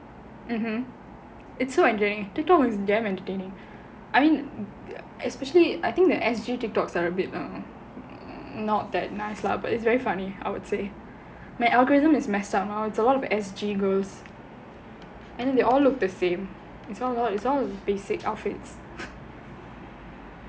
it's so entertaining TikTok is damn entertaining I mean especially I think the S_G TikTok are a bit err not that nice lah but it's very funny I would say my algorithm is messed up it's a lot of S_G girls and then they all look the same it's all basic outfits